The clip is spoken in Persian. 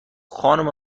خانم